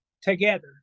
together